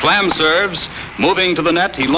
slam serves moving to the net he